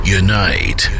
unite